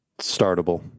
Startable